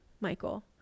michael